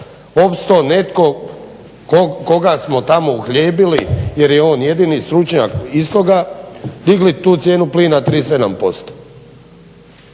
opstao netko koga smo tamo uhljebili jer je on jedini stručnjak iz toga, digli tu cijenu plina 37%.